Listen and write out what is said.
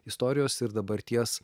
istorijos ir dabarties